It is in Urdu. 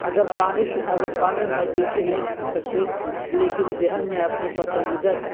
اگر پانی سے اگر پانی میں موسیوقی نہیں سن سکتے لیکن ذہن میں اپنی پسندیدہ